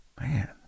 Man